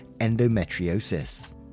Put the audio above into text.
endometriosis